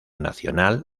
nacional